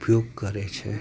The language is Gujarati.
ઉપયોગ કરે છે